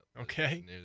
Okay